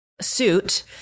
suit